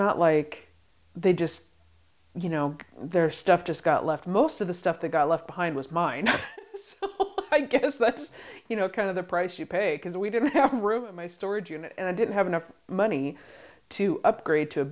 not like they just you know their stuff just got left most of the stuff they got left behind was mine i guess that's you know kind of the price you pay because we didn't have a room a storage unit and i didn't have enough money to upgrade to a